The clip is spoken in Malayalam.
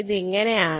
അത് ഇങ്ങനെയാണ്